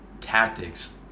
tactics